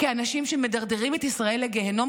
כאנשים שמדרדרים את ישראל לגיהינום,